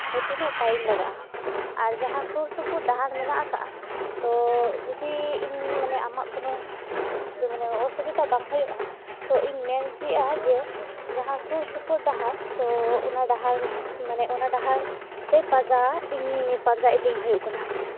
ᱛᱤᱱᱟᱹᱜ ᱴᱟᱭᱤᱢ ᱞᱟᱜᱟᱜᱼᱟ ᱟᱨ ᱡᱟᱦᱟᱸ ᱥᱩᱨ ᱥᱩᱯᱩᱨ ᱰᱟᱦᱟᱨ ᱢᱮᱱᱟᱜ ᱠᱟᱜᱼᱟ ᱛᱚ ᱡᱚᱫᱤ ᱤᱧ ᱟᱢᱟᱜ ᱠᱳᱱᱳ ᱚᱥᱩᱵᱤᱫᱷᱟ ᱵᱟᱝ ᱦᱩᱭᱩᱜᱼᱟ ᱛᱚ ᱤᱧ ᱢᱮᱱ ᱦᱚᱪᱚᱭᱮᱫᱟ ᱡᱮ ᱡᱟᱦᱟᱸ ᱥᱩᱨᱼᱥᱩᱯᱩᱨ ᱰᱟᱦᱟᱨ ᱛᱚ ᱚᱱᱟ ᱰᱟᱦᱟᱨ ᱢᱟᱱᱮ ᱚᱱᱟ ᱰᱟᱦᱟᱨ ᱛᱮ ᱯᱟᱸᱡᱟ ᱤᱧ ᱯᱟᱸᱡᱟ ᱤᱫᱤ ᱦᱩᱭᱩᱜ ᱠᱟᱱᱟ